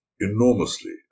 enormously